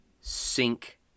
sink